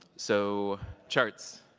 so charts!